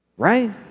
right